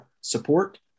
support